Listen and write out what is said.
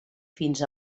fins